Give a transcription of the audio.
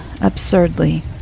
absurdly